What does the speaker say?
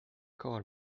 کار